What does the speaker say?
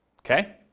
Okay